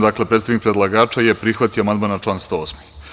Dakle, predstavnik predlagača je prihvatio amandman na član 108.